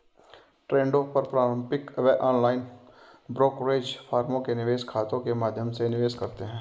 ट्रेडों को पारंपरिक या ऑनलाइन ब्रोकरेज फर्मों के निवेश खातों के माध्यम से निवेश करते है